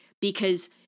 Because-